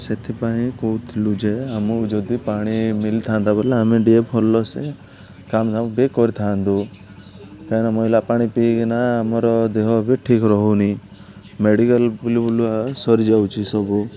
ସେଥିପାଇଁ କହୁଥିଲୁ ଯେ ଆମକୁ ଯଦି ପାଣି ମିଳିଥାନ୍ତା ବୋଲେ ଆମେ ଟିକେ ଭଲସେ କାମଦାମ ବି କରିଥାନ୍ତୁ କାହିଁକିନା ମଇଳା ପାଣି ପିଇକିନା ଆମର ଦେହ ବି ଠିକ୍ ରହୁନି ମେଡ଼ିକାଲ୍ ବୁଲି ବୁଲା ସରିଯାଉଛିି ସବୁ